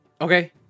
Okay